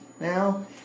now